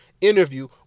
interview